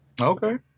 Okay